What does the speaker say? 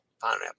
pineapple